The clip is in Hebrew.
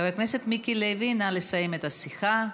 חבר הכנסת מיקי לוי, נא לסיים את השיחה.